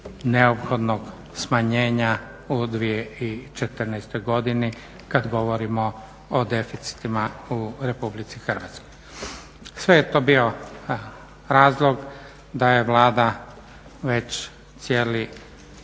neophodnog smanjenja u 2014. godini kada govorimo o deficitima u Republici Hrvatskoj. Sve je to bio razlog da je Vlada već cijeli